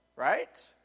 Right